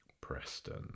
Preston